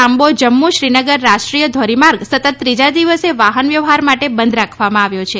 લાંબો જમ્મુ શ્રીનગર રાષ્ટ્રીય ધોરીમાર્ગ સતત ત્રીજા દિવસે વાહનવ્યવહાર માટે બંધ રાખવામાં આવ્યો છે